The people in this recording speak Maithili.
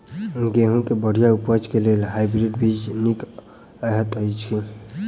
गेंहूँ केँ बढ़िया उपज केँ लेल हाइब्रिड बीज नीक हएत अछि की?